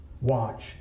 Watch